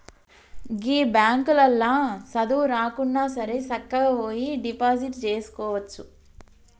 గీ బాంకులల్ల సదువు రాకున్నాసరే సక్కగవోయి డిపాజిట్ జేసుకోవచ్చు